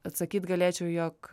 atsakyt galėčiau jog